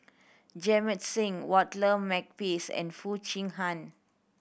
Jamit Singh Walter Makepeace and Foo Chee Han